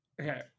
Okay